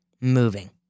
moving